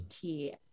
key